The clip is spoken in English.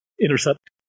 intercept